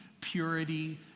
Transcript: purity